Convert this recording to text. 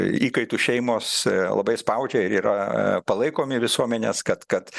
įkaitų šeimos labai spaudžia ir yra palaikomi visuomenės kad kad